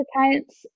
accounts